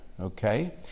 Okay